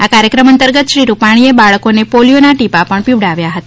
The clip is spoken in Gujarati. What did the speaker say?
આ કાર્યક્રમ અંતર્ગત શ્રી રૂપાણીએ બાળકોને પોલિથોના ટીપાં પણ પીવડાવ્યા હતા